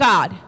God